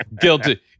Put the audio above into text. Guilty